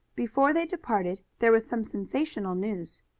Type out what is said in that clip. before they departed there was some sensational news.